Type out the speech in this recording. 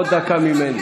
עוד דקה ממני.